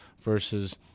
versus